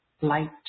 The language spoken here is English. light